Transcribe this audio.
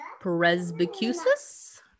presbycusis